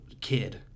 kid